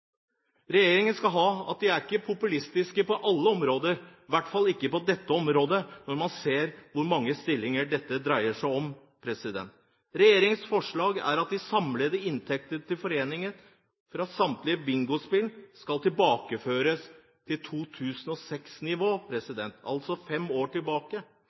Regjeringen skal ha at den ikke er populistisk på alle områder, i hvert fall ikke på dette området, når man ser hvor mange stillinger dette dreier seg om. Regjeringens forslag er at de samlede inntekter til foreninger fra samtlige bingospill skal tilbakeføres til 2006-nivå, altså fem år tilbake,